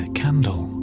candle